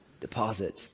deposit